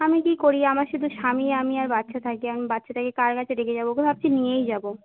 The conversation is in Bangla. আমি কী করি আমার শুধু স্বামী আমি আর বাচ্চা থাকি আমি বাচ্চাটাকে কার কাছে রেখে যাব ওকে ভাবছি নিয়েই যাব